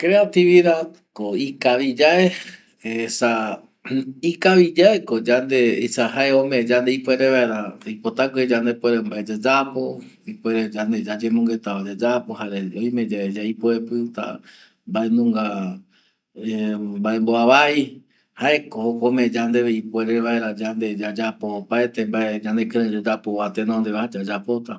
Creatividad ko ikavi yae esa ikaviyaeko yande, esa jae ome yandeve ipuere vaera oipotagüe vae yayapo ipuere mbae yayemongueta ye vae yayapo jare oime ye yaipoepɨta mbaenunga mbae vuavai, jae ko jokua ome yandeve ipuere vaera yande yayapo opaete yande kɨrëi yayapo tenondeva yayapota